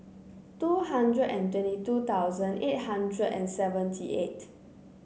two hundred and twenty two thousand eight hundred and seventy eight